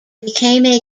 became